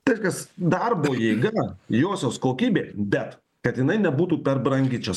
tai reiškias darbo jėga josios kokybė bet kad jinai nebūtų per brangi čia